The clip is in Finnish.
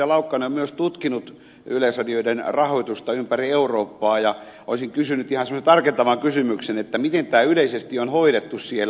laukkanen on myös tutkinut yleisradioiden rahoitusta ympäri eurooppaa ja olisin kysynyt semmoisen tarkentavan kysymyksen miten tämä yleisesti on hoidettu siellä